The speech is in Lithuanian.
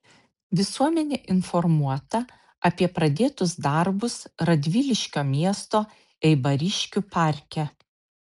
visuomenė informuota apie pradėtus darbus radviliškio miesto eibariškių parke